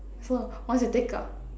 so once you take out